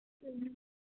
ꯎꯝ